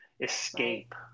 escape